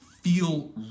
feel